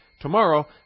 tomorrow